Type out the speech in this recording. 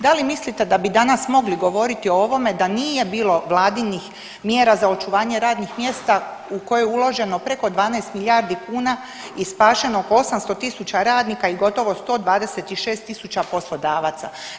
Da li mislite da bi danas mogli govoriti o ovome da nije bilo Vladinih mjera za očuvanje radnih mjesta u koje je uloženo preko 12 milijardi kuna i spašeno oko 800 tisuća radnika i gotovo 126 tisuća poslodavaca.